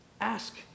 Ask